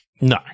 No